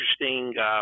interesting